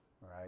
Right